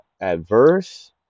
Adverse